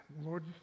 Lord